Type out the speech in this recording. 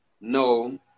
no